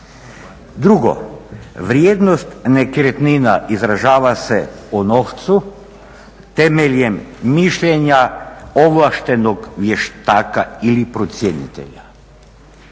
Drugo, vrijednost nekretnina izražava se u novcu temeljem mišljenja ovlaštenog vještaka ili procjenitelja.